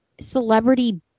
celebrity